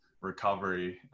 recovery